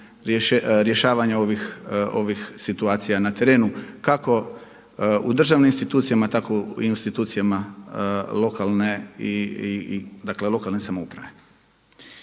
rješavanja ovih situacija na terenu kako u državnim institucijama tako i u institucijama lokalne, dakle lokalne samouprave.